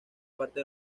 parte